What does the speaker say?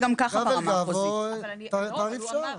גב אל גב או תעריף שעה.